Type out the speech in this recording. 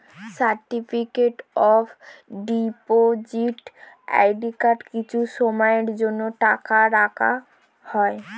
certificate of deposit অ্যাকাউন্টে কিছু সময়ের জন্য টাকা রাখা হয়